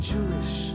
Jewish